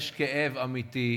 יש כאב אמיתי,